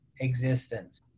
existence